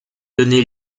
donner